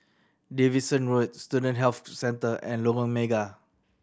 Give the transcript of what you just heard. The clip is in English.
Davidson Road Student Health Centre and Lorong Mega